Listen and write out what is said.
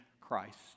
Christ